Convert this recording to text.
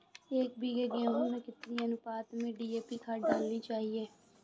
एक बीघे गेहूँ में कितनी अनुपात में डी.ए.पी खाद डालनी चाहिए?